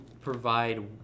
provide